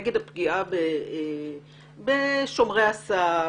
נגד הפגיעה בשומרי הסף,